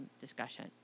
discussion